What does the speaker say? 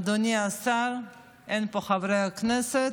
אדוני השר, אין פה חברי כנסת,